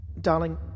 Darling